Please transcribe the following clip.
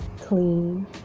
clean